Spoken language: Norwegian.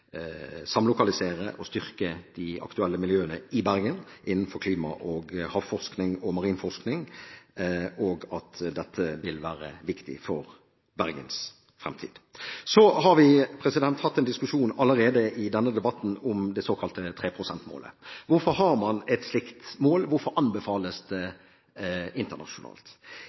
samlokalisere og styrke de aktuelle miljøene i Bergen innenfor klimaforskning, havforskning og marin forskning. Dette vil være viktig for Bergens fremtid. Så har vi hatt en diskusjon allerede i denne debatten om det såkalte 3 pst.-målet. Hvorfor har man et slikt mål? Hvorfor anbefales det internasjonalt?